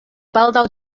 baldaŭ